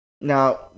now